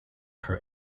per